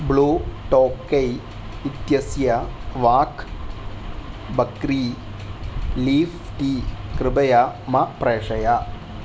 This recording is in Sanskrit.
ब्लू टोकै इत्यस्य वाक् बक्री लीफ़् टी कृपया मा प्रेषय